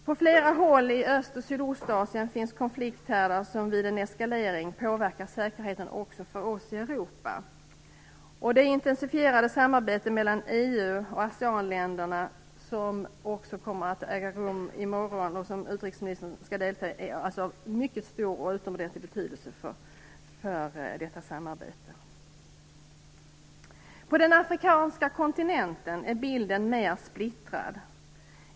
På flera håll i Öst och Sydostasien finns konflikthärdar som vid en eskalering påverkar säkerheten också för oss i Europa. Det intensifierade samarbetet mellan EU och ASEAN-länderna, som utrikesministern skall delta i i morgon, är av utomordentligt stor betydelse. På den afrikanska kontinenten är bilden mer splittrad.